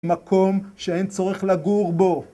מקום שאין צורך לגור בו